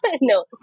No